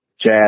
jazz